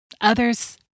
others